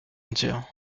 entière